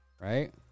Right